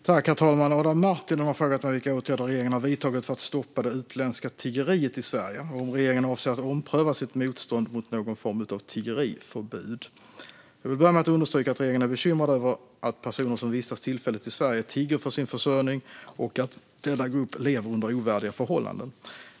Herr talman! Adam Marttinen har frågat mig vilka åtgärder regeringen har vidtagit för att stoppa det utländska tiggeriet i Sverige och om regeringen avser att ompröva sitt motstånd mot någon form av tiggeriförbud. Jag vill börja med att understryka att regeringen är bekymrad över att personer som vistas tillfälligt i Sverige tigger för sin försörjning och att denna grupp lever under ovärdiga förhållanden.